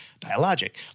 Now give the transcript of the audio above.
dialogic